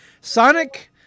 Sonic